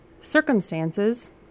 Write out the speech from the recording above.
circumstances